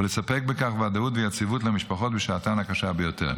ולספק בכך ודאות ויציבות למשפחות בשעתן הקשה ביותר.